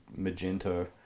Magento